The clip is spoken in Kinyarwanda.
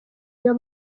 iyo